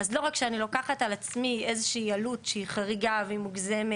כי לא רק שאני לוקחת על עצמי איזושהי עלות שהיא חריגה ומוגזמת...